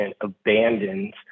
abandons